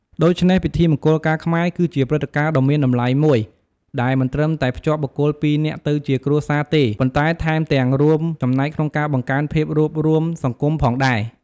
ដូច្នេះ ពិធីមង្គលការខ្មែរគឺជាព្រឹត្តិការណ៍ដ៏មានតម្លៃមួយ ដែលមិនត្រឹមតែភ្ជាប់បុគ្គលពីរនាក់ទៅជាគ្រួសារទេ ប៉ុន្តែថែមទាំងរួមចំណែកក្នុងការបង្កើនភាពរួបរួមសង្គមផងដែរ។